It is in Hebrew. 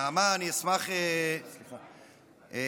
נעמה, אני אשמח, נעמה.